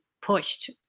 pushed